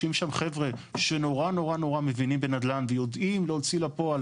שיהיו שם חבר'ה שנורא נורא מבינים בנדל"ן ויודעים להוציא לפועל